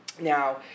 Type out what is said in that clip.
Now